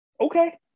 okay